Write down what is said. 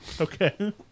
Okay